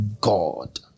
God